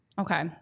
Okay